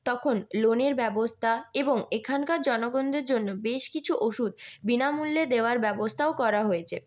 তখন লোনের ব্যবস্থা এবং এখানকার জনগণদের জন্য বেশ কিছু ওষুধ বিনামূল্যে দেওয়ার ব্যবস্থাও করা হয়েছে